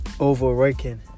overworking